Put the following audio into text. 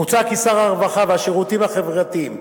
מוצע כי שר הרווחה והשירותים החברתיים